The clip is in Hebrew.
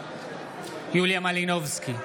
יוליה מלינובסקי,